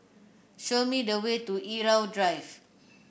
show me the way to Irau Drive